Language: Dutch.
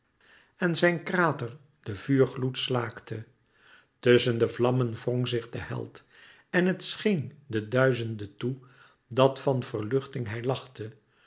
en zijn krater den vuurgloed slaakte tusschen de vlammen wrong zich de held en het scheen den duizenden toe dat van verluchting hij lachte